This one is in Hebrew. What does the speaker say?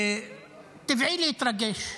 וטבעי להתרגש,